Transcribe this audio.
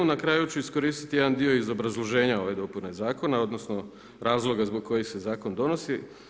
Na kraju ću iskoristiti jedan dio iz obrazloženja ove dopune zakona odnosno razloga zbog kojih se zakon donosi.